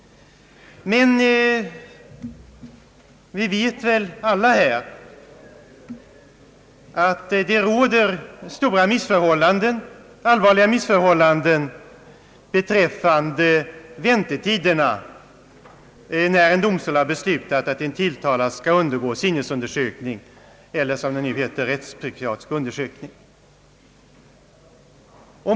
Men vi vet väl alla här att det råder allvarliga missförhållanden beträffande väntetiderna när en domstol har beslutat att en tilltalad skall undergå sinnesundersökning eller, som det numera heter, rättspsykiatrisk undersökning.